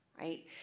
right